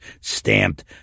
stamped